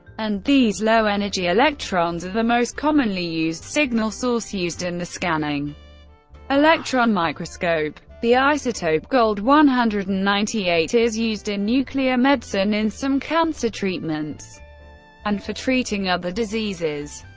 and these low-energy electrons are the most commonly used signal source used in the scanning electron microscope. the isotope gold one hundred and ninety eight is used, in nuclear medicine, in some cancer treatments and for treating other diseases.